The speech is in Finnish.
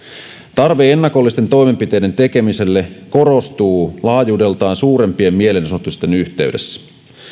tarve ennakollisten toimenpiteiden tekemiselle korostuu laajuudeltaan suurempien mielenosoitusten yhteydessä